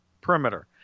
perimeter